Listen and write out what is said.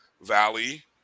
Valley